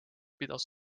pidas